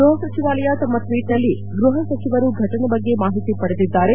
ಗೃಹ ಸಚಿವಾಲಯ ತನ್ನ ಟ್ವೀಟ್ನಲ್ಲಿ ಗೃಹ ಸಚಿವರು ಘಟನೆ ಬಗ್ಗೆ ಮಾಹಿತಿ ಪಡೆದಿದ್ದಾರೆ